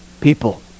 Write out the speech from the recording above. people